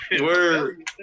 Word